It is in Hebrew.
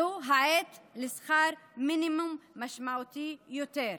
זו העת לשכר מינימום משמעותי יותר.